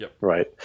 Right